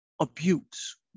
abuse